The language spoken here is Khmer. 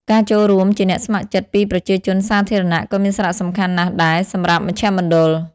ការចូលរួមជាអ្នកស្ម័គ្រចិត្តពីប្រជាជនសាធារណៈក៏មានសារៈសំខាន់ណាស់ដែរ សម្រាប់មជ្ឈមណ្ឌល។